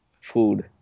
food